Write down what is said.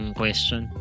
question